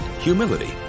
humility